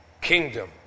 kingdom